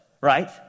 right